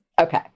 Okay